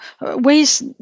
ways